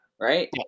right